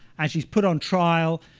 and she's put on trial,